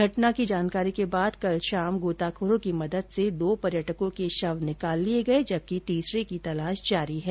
घटना की जानकारी के बाद कल शाम गोताखोरों की मदद से दो पर्यटकों के शव निकाले गए जबकि तीसरे शव की तलाश जारी है